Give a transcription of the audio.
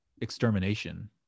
extermination